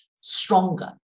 stronger